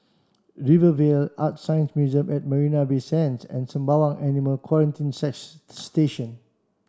Rivervale ArtScience Museum at Marina Bay Sands and Sembawang Animal Quarantine Station